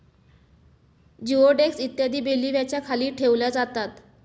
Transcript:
जिओडेक्स इत्यादी बेल्व्हियाच्या खाली ठेवल्या जातात